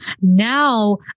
now